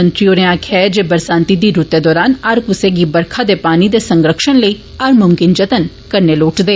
मोदी होरें आखेआ जे बरसांती दी रूतै दौरान हर कुसा गी बरखा दे पानी दे संरक्षण लेई हर मुमकिन जतन करना लोड़चदा